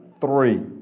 three